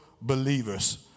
believers